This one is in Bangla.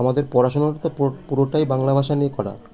আমাদের পড়াশুনাতা পু পুরোটাই বাংলা ভাষা নিয়ে করা